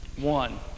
One